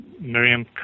Miriam